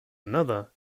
another